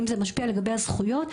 האם זה משפיע לגבי הזכויות,